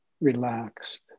relaxed